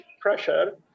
pressure